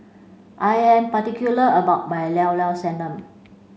I am particular about my Liao Liao Sanum